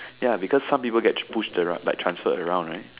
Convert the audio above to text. ya because some people get pushed like transferred around right